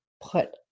put